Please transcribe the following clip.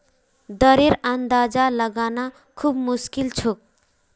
दरेर अंदाजा लगाना खूब मुश्किल छोक